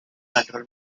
control